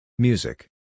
Music